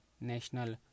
National